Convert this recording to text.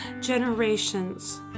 generations